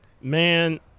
Man